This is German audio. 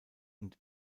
und